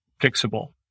fixable